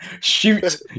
Shoot